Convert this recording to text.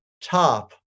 top